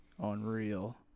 unreal